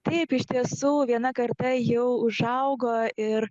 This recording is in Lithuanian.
taip iš tiesų viena karta jau užaugo ir